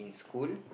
school